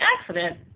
accident